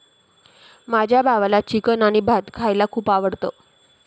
माझ्या भावाला चिकन आणि भात खायला खूप आवडतं